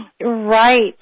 right